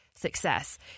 success